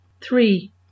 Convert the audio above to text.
Three